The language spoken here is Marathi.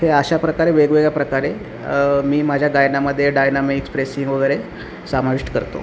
हे अशा प्रकारे वेगवेगळ्या प्रकारे मी माझ्या गायनामध्ये डायनॅमिक्स फ्रेसिंग वगैरे समाविष्ट करतो